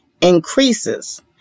increases